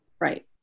Right